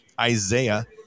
Isaiah